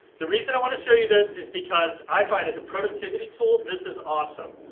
the reason i want to show you this is because i find as a productivity tool this is awesome.